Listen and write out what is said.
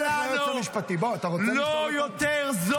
אני מכיר, לא רק אתה מכיר את התקנון.